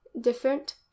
different